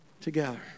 together